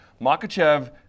Makachev